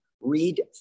read